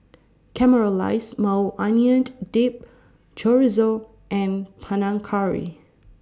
Caramelized Maui Onion Dip Chorizo and Panang Curry